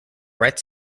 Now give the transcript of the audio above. brett